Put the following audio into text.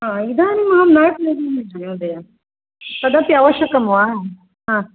हा इदानीमहं न करोमि महोदय तदपि अवश्यकम् वा हा